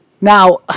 Now